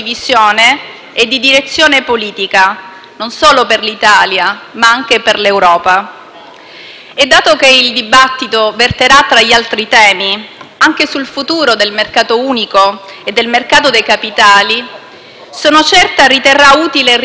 Dato che il dibattito verterà, tra gli altri temi, anche sul futuro del mercato unico e del mercato dei capitali, sono certa che ella riterrà utile ricordare che l'origine della parola «mercato» viene dal latino,